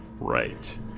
right